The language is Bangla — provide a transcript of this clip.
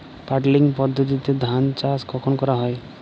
পাডলিং পদ্ধতিতে ধান চাষ কখন করা হয়?